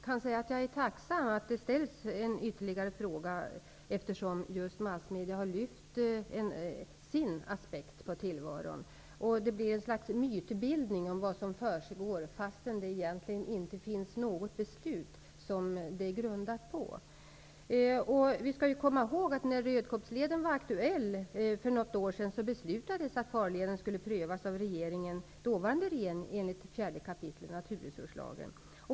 Herr talman! Jag är tacksam över att ytterligare en fråga ställs, eftersom just massmedia har lagt sin aspekt på frågan. Det blir ett slags mytbildning om vad som försiggår, trots att det egentligen inte finns något beslut att grunda sig på. Vi skall komma ihåg att när Rödkobbsleden för något år sedan var aktuell beslutades att farleden skulle prövas av dåvarande regering enligt 4 kap. naturresurslagen.